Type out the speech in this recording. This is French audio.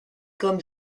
comme